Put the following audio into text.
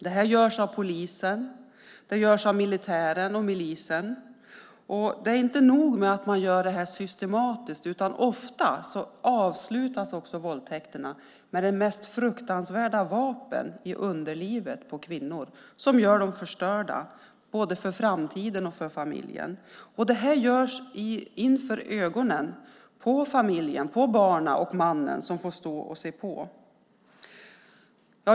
Detta görs av polisen, av militären och av milisen. Det är inte nog med att man gör detta systematiskt, utan ofta avslutas våldtäkterna med att man skadar kvinnorna med de mest fruktansvärda vapen i underlivet. Det förstör dem för framtiden, och det förstör för familjen. Detta görs framför ögonen på familjen - barnen och mannen.